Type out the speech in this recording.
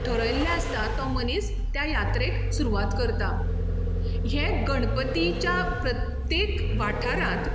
ठरयल्लें आसता तो मनीस त्या यात्रेक सुरवात करता हें गणपतीच्या प्रत्येक वाठारांत